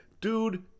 dude